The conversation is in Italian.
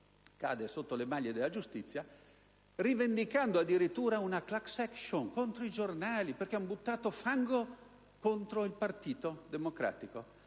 cade nelle maglie della giustizia rivendicando addirittura una *class action* contro i giornali perché hanno buttato fango contro il Partito Democratico,